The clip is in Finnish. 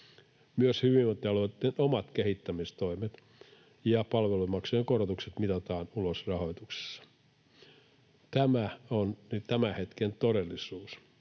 Myös hyvinvointialueitten omat kehittämistoimet ja palvelumaksujen korotukset mitataan ulos rahoituksessa. Tämä on tämän hetken todellisuus,